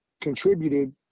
contributed